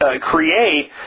create